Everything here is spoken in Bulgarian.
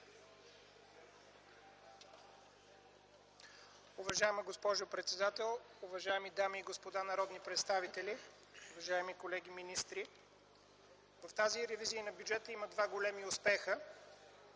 Уважаема госпожо председател, уважаеми дами и господа народни представители, уважаеми колеги министри! В тази ревизия на бюджета има два големи успеха.